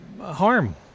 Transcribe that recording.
harm